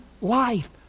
life